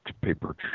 paper